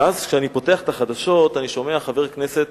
ואז, כשאני פותח את החדשות אני שומע חבר כנסת,